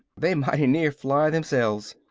they mighty near fly themselves!